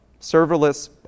serverless